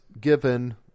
given